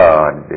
God